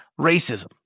racism